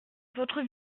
votre